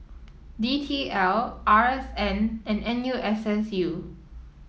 D T L R S N and N U S S U